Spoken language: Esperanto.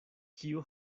kiu